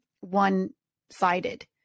one-sided